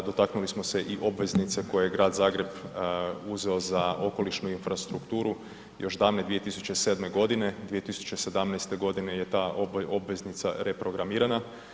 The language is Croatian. Dotaknuli smo se i obveznice koje je Grad Zagreb uzeo za okolišnu infrastrukturu još davne 2007. godine, 2017. godine je ta obveznica reprogramirana.